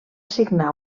signar